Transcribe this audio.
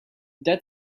dead